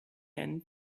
end